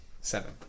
Seven